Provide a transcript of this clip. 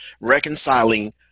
reconciling